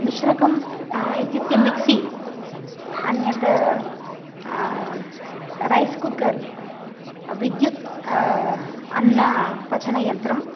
मिश्रकं इत्युक्ते मिक्सि अन्यत् rice cooker विद्युत् अन्नपचनयन्त्रम्